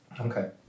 Okay